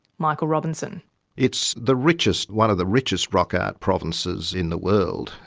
michael robinson it's the richest, one of the richest rock art provinces in the world,